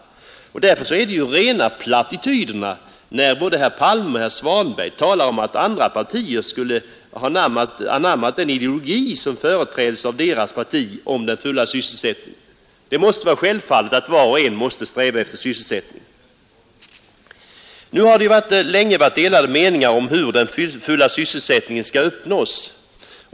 Det är därför rena plattityden när herr Palme och herr Svanberg talar om att andra partier skulle ha anammat den ideologi om den fulla sysselsättningen som företräds av deras parti. Självfallet strävar varje parti efter full sysselsättning. Det har dock länge varit delade meningar om hur den fulla sysselsättningen skall uppnås.